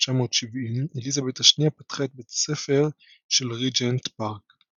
1970 אליזבת השנייה פתחה את בית הספר של ריג'נט פארק.